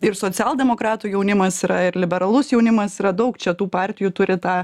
ir socialdemokratų jaunimas yra ir liberalus jaunimas yra daug čia tų partijų turi tą